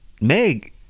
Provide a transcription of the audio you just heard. Meg